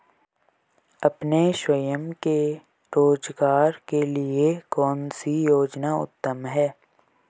अपने स्वयं के रोज़गार के लिए कौनसी योजना उत्तम है?